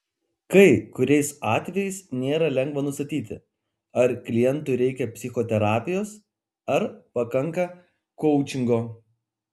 kai kuriais atvejais nėra lengva nustatyti ar klientui reikia psichoterapijos ar pakanka koučingo